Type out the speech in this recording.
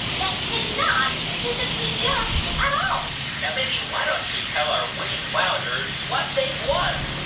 that cannot physically jump at all now, mindy, why don't you tell our winning wowzers what they've won?